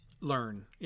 learn